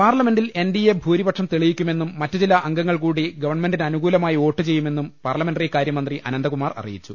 പാർലമെന്റിൽ N D A ഭൂരിപക്ഷം തെളിയിക്കുമെന്നും മറ്റു ചില അംഗങ്ങൾ കൂടി ഗവൺമെന്റിന് അനുകൂലമായി വോട്ടു ചെയ്യുമെന്നും പാർലമെന്ററി കാര്യമന്ത്രി അനന്തകുമാർ അറിയി ച്ചു